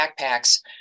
backpacks